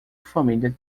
família